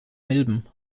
milben